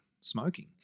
smoking